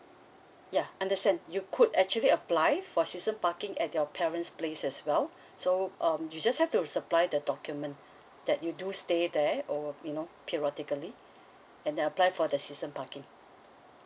yeah understand you could actually apply for season parking at your parents place as well so um you just have to supply the document that you do stay there or you know periodically and apply for the season parking